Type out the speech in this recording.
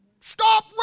stop